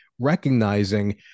recognizing